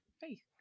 Faith